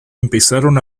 empezaron